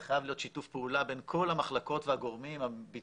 זה חייב להיות שיתוף פעולה בין כל המחלקות והגורמים הביצועיים,